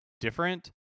different